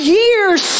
years